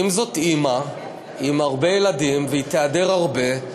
אם זאת אימא עם הרבה ילדים, והיא תיעדר הרבה,